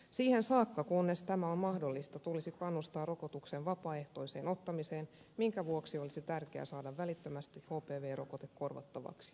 siihen saakka kunnes tämä on mahdollista tulisi panostaa rokotuksen vapaaehtoiseen ottamiseen minkä vuoksi olisi tärkeää saada välittömästi hpv rokote korvattavaksi